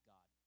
God